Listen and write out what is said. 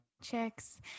Chicks